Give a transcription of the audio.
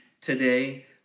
today